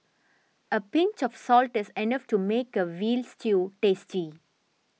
a pinch of salt is enough to make a Veal Stew tasty